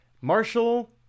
marshall